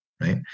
right